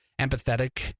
empathetic